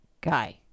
guy